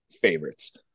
favorites